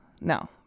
No